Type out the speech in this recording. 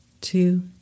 two